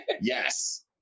Yes